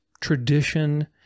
tradition